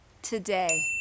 today